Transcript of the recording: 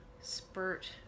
spurt